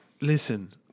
Listen